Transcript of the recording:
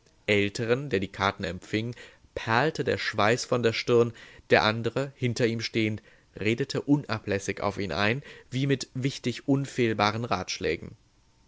älteren der die karten empfing perlte der schweiß von der stirn der andere hinter ihm stehend redete unablässig auf ihn ein wie mit wichtig unfehlbaren ratschlägen